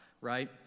right